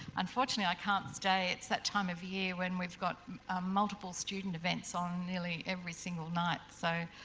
unfortunately i can't stay, it's that time of year when we've got multiple student events on nearly every single night. so,